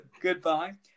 Goodbye